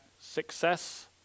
success